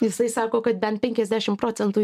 jisai sako kad bent penkiasdešimt procentų